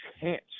chance